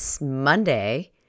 Monday